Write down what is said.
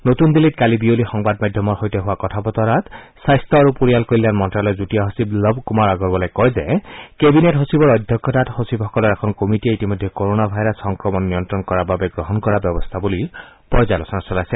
নতুন দিল্লীত কালি বিয়লি সংবাদ মাধ্যমৰ সৈতে হোৱা কথা বতৰাত স্বাস্থ্য আৰু পৰিয়াল কল্যাণ মন্ত্ৰ্যালয়ৰ যুটীয়া সচিব লৱ কুমাৰ আগৰৱালে কয় যে কেবিনেট সচিবৰ অধ্যক্ষতাত সচিবসকলৰ এখন কমিটীয়ে ইতিমধ্যে কৰণা ভাইৰাছৰ সংক্ৰমণ নিয়ন্ত্ৰণ কৰাৰ বাবে গ্ৰহণ কৰা ব্যৱস্থাৱলীৰ পৰ্যালোচনা চলাইছে